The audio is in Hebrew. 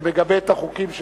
שמגבה את החוקים שלו.